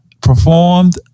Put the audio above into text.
performed